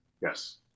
Yes